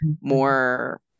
more